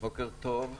בוקר טוב,